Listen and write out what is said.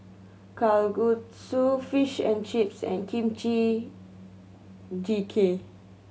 Kalguksu Fish and Chips and Kimchi Jjigae